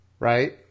Right